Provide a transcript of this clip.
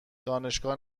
دانشگاه